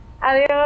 Adiós